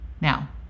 Now